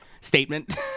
statement